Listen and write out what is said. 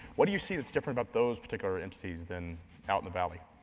what do you see that's different about those particular entities than out in the valley?